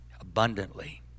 Abundantly